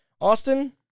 Austin